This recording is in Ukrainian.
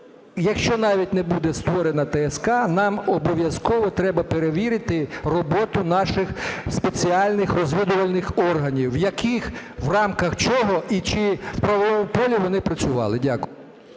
якщо навіть не буде створена ТСК, нам обов'язково треба перевірити роботу наших спеціальних розвідувальних органів, в рамках чого і чи в правовому полі вони працювали. Дякую.